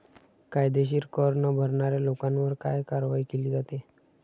कायदेशीर कर न भरणाऱ्या लोकांवर काय कारवाई केली जाते?